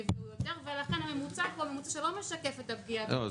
נפגעו יותר ולכן הממוצע פה הוא ממוצע שלא משקף את הפגיעה --- לא,